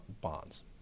bonds